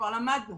כבר למדנו